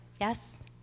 Yes